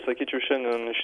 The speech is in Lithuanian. sakyčiau šiandien iš